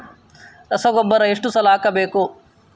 ರಸಗೊಬ್ಬರ ಎಷ್ಟು ಸಲ ಹಾಕಬೇಕು?